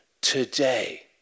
Today